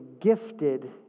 gifted